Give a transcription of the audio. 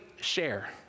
share